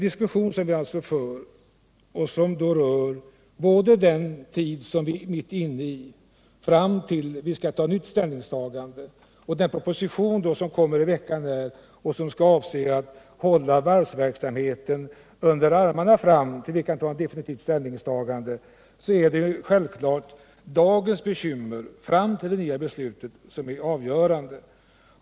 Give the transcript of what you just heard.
Diskussionen rör både den tid som vi nu är mitt inne i — alltså perioden fram till nästa ställningstagande — och den proposition som kommer i veckan och som avser att hålla varven under armarna till dess att vi tar ställning. Självfallet är det dagens bekymmer, fram till det nya beslutet, som är avgörande.